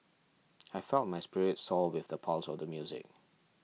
I felt my spirits soar with the pulse of the music